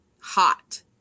hot